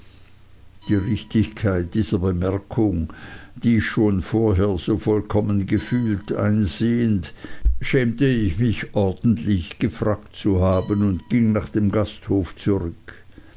die richtigkeit dieser bemerkung die ich schon vorher so vollkommen gefühlt einsehend schämte ich mich ordentlich gefragt zu haben und ging nach dem gasthof zurück